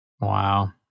Wow